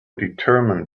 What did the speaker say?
determined